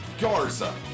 Garza